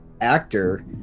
actor